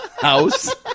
house